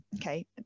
okay